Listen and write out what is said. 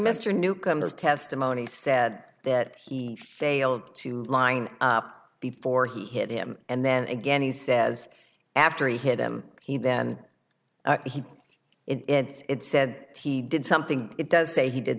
mr newcomer's testimony said that he failed to line up before he hit him and then again he says after he hit him he then he it's said he did something it does say he did